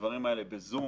הדברים האלה בזום.